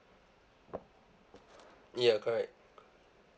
ya correct